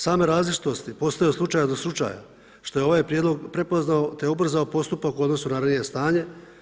Same različitosti postoje od slučaja do slučaja, što je ovaj Prijedlog prepoznao te ubrzao postupak u odnosu na ranije stanje.